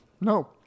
No